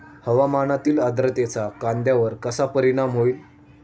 हवामानातील आर्द्रतेचा कांद्यावर कसा परिणाम होईल?